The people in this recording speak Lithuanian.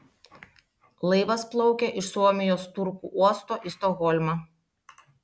laivas plaukė iš suomijos turku uosto į stokholmą